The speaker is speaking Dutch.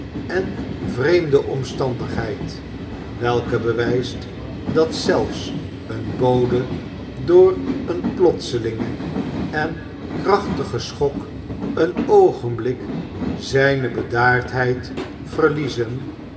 en vreemde omstandigheid welke bewijst dat zelfs een bode door een plotselingen en krachtigen schok een oogenblik zijne bedaardheid verliezen